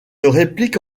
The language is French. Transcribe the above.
réplique